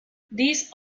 these